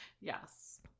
Yes